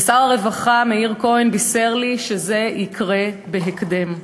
שר הרווחה מאיר כהן בישר לי שזה יקרה בהקדם.